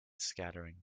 scattering